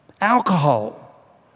alcohol